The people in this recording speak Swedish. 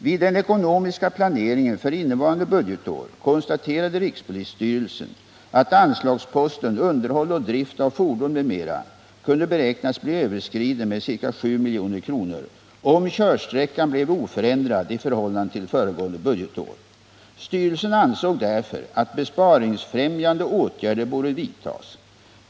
Vid den ekonomiska planeringen för innevarande budgetår konstaterade rikspolisstyrelsen att anslagsposten Underhåll och drift av fordon m.m. kunde beräknas bli överskriden med ca 7 milj.kr. om körsträckan blev oförändrad i förhållande till föregående budgetår. Styrelsen ansåg därför att besparingsfrämjande åtgärder borde vidtas.